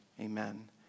Amen